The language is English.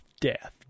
death